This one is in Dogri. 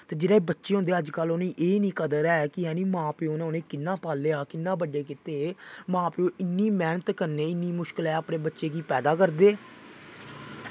ते जेह्ड़े बच्चे होंदे अजकल्ल उ'नें एह् निं कदर ऐ कि उ'नें मां प्यो ने उ'नें गी कि'यां पालेआ कि'यां बड्डे कीते मां प्यो इन्नी मैहनत कन्नै इन्नी मुशकलैं अपने बच्चे गी पैदा करदे